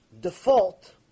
default